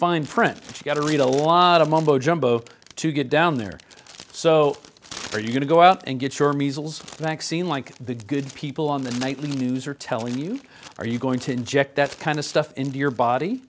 fine print you get to read a lot of mumbo jumbo to get down there so are you going to go out and get your measles vaccine like the good people on the nightly news are telling you are you going to inject that kind of stuff into your body